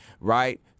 right